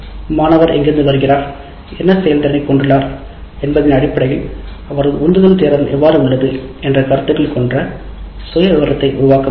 மாணவர் எங்கிருந்து வருகிறார் என்ன செயல்திறனை கொண்டுள்ளார் அவரது உந்துதல் திறன் எவ்வாறு உள்ளது என்ற கருத்துக்கள் அடிப்படையில் சுய விவரத்தை உருவாக்க முடியும்